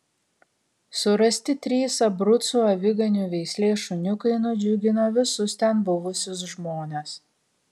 surasti trys abrucų aviganių veislės šuniukai nudžiugino visus ten buvusius žmones